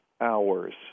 hours